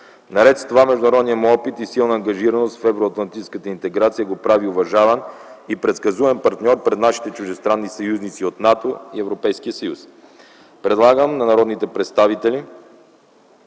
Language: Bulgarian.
Наред с това международният му опит и силна ангажираност в евроатлантическата интеграция го прави уважаван и предсказуем партньор пред нашите чуждестранни съюзници от НАТО и Европейския съюз. Ще прочета биографията